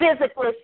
physically